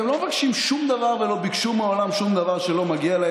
והם לא מבקשים שום דבר ולא ביקשו מעולם שום דבר שלא מגיע להם.